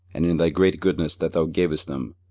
and in thy great goodness that thou gavest them,